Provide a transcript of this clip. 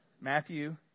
Matthew